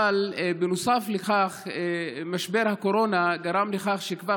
אבל נוסף לכך משבר הקורונה גרם לכך שכבר